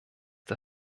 der